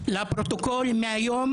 ההתפרצות הזאת לא ראויה מאף